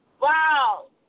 Wow